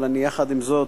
אבל יחד עם זאת,